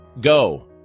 Go